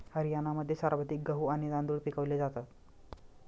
हरियाणामध्ये सर्वाधिक गहू आणि तांदूळ पिकवले जातात